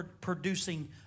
producing